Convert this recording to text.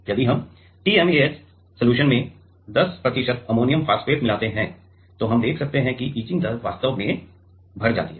यदि हम TMAH solution में १० प्रतिशत अमोनियम फॉस्फेट मिलाते हैं तो हम देख सकते हैं कि इचिंग दर वास्तव में बढ़ जाती है